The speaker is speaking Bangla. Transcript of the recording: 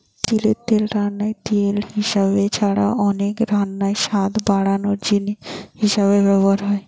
তিলের তেল রান্নার তেল হিসাবে ছাড়া অনেক রান্নায় স্বাদ বাড়ানার জিনিস হিসাবে ব্যভার হয়